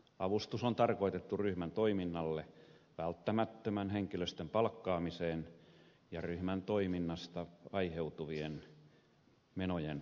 avustus on tarkoitettu ryhmän toiminnalle välttämättömän henkilöstön palkkaamiseen ja ryhmän toiminnasta aiheutuvien menojen kattamiseen